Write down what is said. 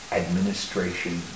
administration